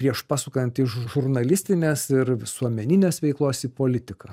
prieš pasukant iš žurnalistinės ir visuomeninės veiklos į politiką